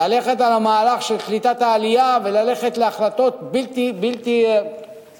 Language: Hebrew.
ללכת על המהלך של קליטת העלייה וללכת להחלטות בלתי שגרתיות.